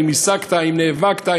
האם נאבקת,